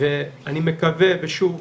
ואני מקווה, ושוב,